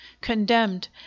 condemned